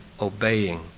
obeying